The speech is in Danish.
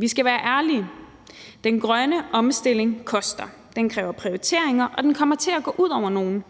Vi skal være ærlige: Den grønne omstilling koster, den kræver prioriteringer, og den kommer til at gå ud over nogen.